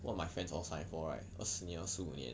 all my friends all sign before right 二十年二十五年